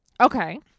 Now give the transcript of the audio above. Okay